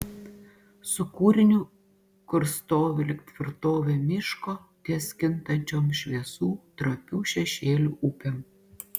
su kūriniu kurs stovi lyg tvirtovė miško ties kintančiom šviesų trapių šešėlių upėm